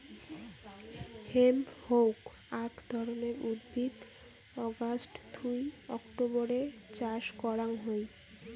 hemp হউক আক ধরণের উদ্ভিদ অগাস্ট থুই অক্টোবরের চাষ করাং হই